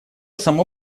само